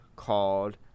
Called